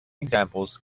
examples